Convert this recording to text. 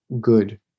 good